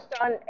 on